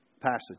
passage